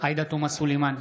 עאידה תומא סלימאן,